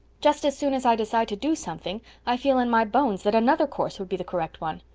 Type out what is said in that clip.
just as soon as i decide to do something i feel in my bones that another course would be the correct one.